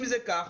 אם זה כך,